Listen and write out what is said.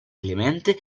clemente